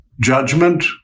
judgment